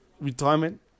retirement